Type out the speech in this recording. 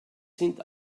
sind